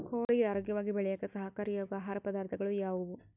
ಕೋಳಿಗೆ ಆರೋಗ್ಯವಾಗಿ ಬೆಳೆಯಾಕ ಸಹಕಾರಿಯಾಗೋ ಆಹಾರ ಪದಾರ್ಥಗಳು ಯಾವುವು?